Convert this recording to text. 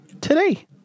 today